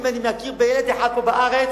אם אני מכיר בילד אחד פה בארץ,